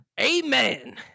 Amen